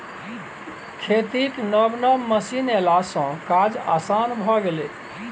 खेतीक नब नब मशीन एलासँ काज आसान भए गेल